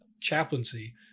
chaplaincy